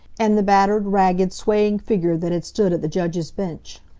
and the battered, ragged, swaying figure that had stood at the judge's bench.